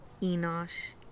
Enosh